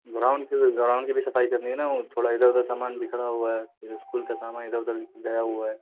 ground ground کی بھی صفائی کرنی ہے نا تھوڑا ادھر ادھر سامان بکھرا ہوا ہے پھر اسکول کا سامان ادھر ادھر گیا ہوا ہے